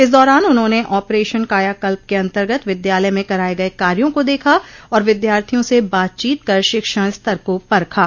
इस दौरान उन्होंने ऑपरेशन कायाकल्प के अन्तर्गत विद्यालय में कराये गये कार्यो को देखा और विद्यार्थियों से बातचीत कर शिक्षण स्तर को परखा